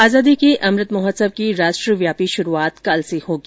आजादी के अमृत महोत्सव की राष्ट्र व्यापी शुरूआत कल से होगी